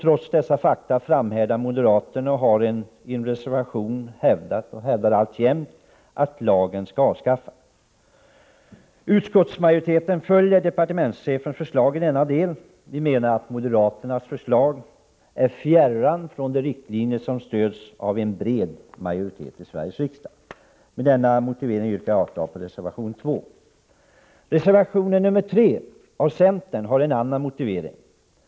Trots dessa fakta framhärdar moderaterna i reservation 2 att lagen bör avskaffas. Utskottet följer departementschefens förslag i denna del. Vi menar att moderaternas förslag är fjärran från de riktlinjer som stöds av en bred majoritet i Sveriges riksdag. Herr talman! Med denna motivering yrkar jag avslag på reservation 2. Reservation 3 från centern har en annan motivering för ställningstagandet.